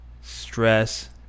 stress